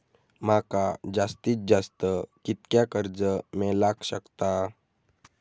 माका जास्तीत जास्त कितक्या कर्ज मेलाक शकता?